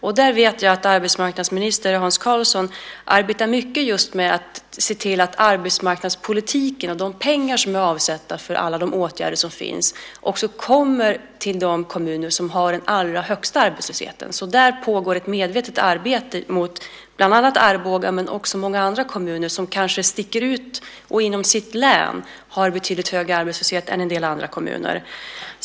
Jag vet att arbetsmarknadsminister Hans Karlsson arbetar mycket med att se till att arbetsmarknadspolitiken och de pengar som är avsatta för alla de åtgärder som finns också kommer till de kommuner som har den allra högsta arbetslösheten. Så där pågår ett medvetet arbete mot bland annat Arboga men också många andra kommuner som kanske sticker ut och inom sitt län har betydligt högre arbetslöshet än en del andra kommuner.